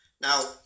Now